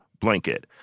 blanket—